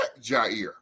Jair